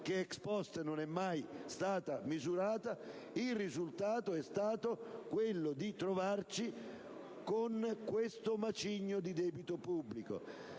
che è *ex post* e non è mai stata misurata. Il risultato è stato quello di ritrovarci con questo macigno di debito pubblico.